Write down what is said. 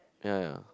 ya ya